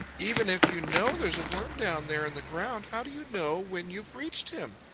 even if you know there is a worm down there in the ground, how do you know when you've reached him?